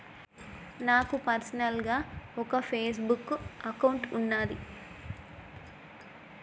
నాకు పర్సనల్ గా ఒక ఫేస్ బుక్ అకౌంట్ వున్నాది